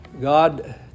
God